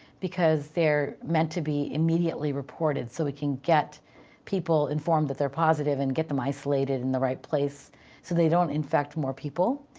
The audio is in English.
because they're meant to be immediately reported so we can get people informed that they're positive, and get them isolated in the right place so they don't infect more people.